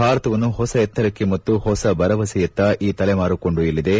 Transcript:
ಭಾರತವನ್ನು ಹೊಸ ಎತ್ತರಕ್ಷೆ ಮತ್ತು ಹೊಸ ಭರವಸೆಯತ್ತ ಈ ತಲೆಮಾರು ಕೊಂಡ್ಡೊಯ್ಬಲಿದೆ